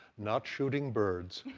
not shooting birds,